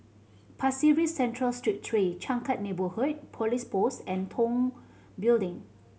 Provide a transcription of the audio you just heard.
Pasir Ris Central Street three Changkat Neighbourhood Police Post and Tong Building